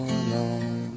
alone